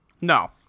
No